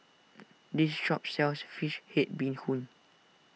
this shop sells Fish Head Bee Hoon